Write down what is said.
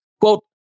quote